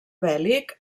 bèl·lic